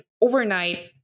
overnight